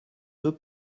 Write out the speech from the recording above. deux